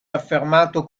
affermato